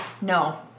No